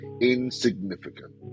insignificant